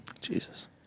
Jesus